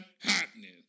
happening